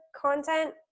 content